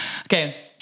Okay